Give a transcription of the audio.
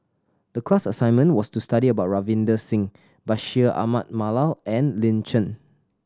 the class assignment was to study about Ravinder Singh Bashir Ahmad Mallal and Lin Chen